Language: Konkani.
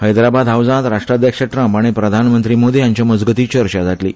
हैद्राबाद हाऊजांत राष्ट्राध्यक्ष ट्रम्प आनी प्रधानमंत्री मोदी हांचे मजगती चर्चा जातली